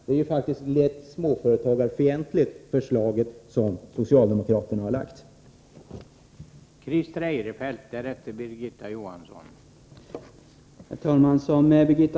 Det är faktiskt ett lätt småföretagarfientligt förslag som socialdemokraterna har lagt fram.